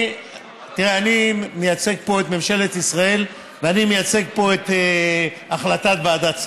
אני מייצג פה את ממשלת ישראל ואני מייצג פה את החלטת ועדת שרים,